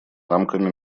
рамками